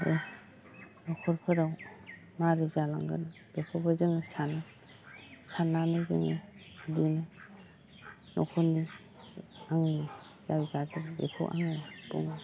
आरो न'खरफोराव माबोरै जालांगोन बेखौबो जोङो सानो साननानै जोङो बिदिनो न'खरनि आंनि जा गारजेन बिखौ आङो बुङो